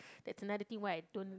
that's another thing why I don't